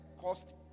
cost